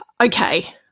okay